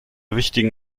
wichtigen